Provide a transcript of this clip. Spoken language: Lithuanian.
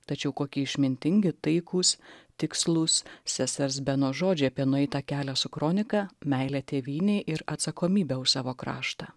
tačiau kokie išmintingi taikūs tikslūs sesers benos žodžiai apie nueitą kelią su kronika meilę tėvynei ir atsakomybę už savo kraštą